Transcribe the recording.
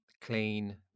clean